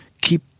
keep